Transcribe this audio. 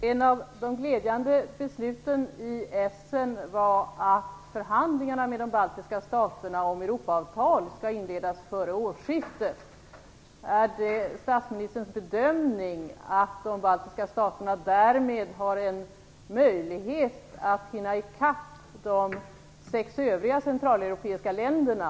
Fru talman! Ett av de glädjande besluten i Essen var att förhandlingarna med de baltiska staterna om Europaavtal skall inledas före årsskiftet. Är det statsministerns bedömning att de baltiska staterna därmed har en möjlighet att hinna i kapp de sex övriga centraleuropeiska länderna?